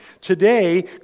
Today